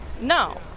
No